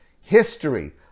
history